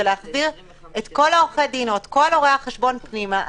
להחזיר את כל עורכי הדין ואת כל רואי החשבון שלו פנימה,